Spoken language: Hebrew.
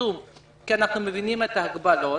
בזום כי אנחנו מבינים את ההגבלות.